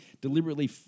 deliberately